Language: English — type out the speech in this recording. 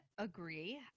agree